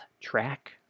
track